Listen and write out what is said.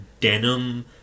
denim